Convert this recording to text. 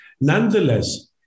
Nonetheless